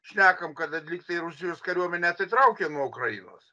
šnekam kada lygtai rusijos kariuomenę atsitraukė nuo ukrainos